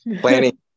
planning